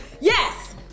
Yes